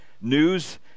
news